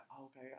okay